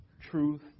truth